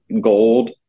gold